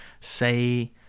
say